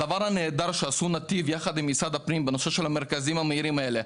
נתיב יחד עם משרד הפנים עשו דבר נהדר בנושא המרכזים המהירים האלה.